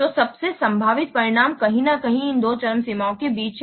तो सबसे संभावित परिणाम कहीं न कहीं इन दो चरम सीमाओं के बीच है